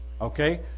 Okay